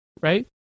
right